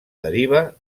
deriva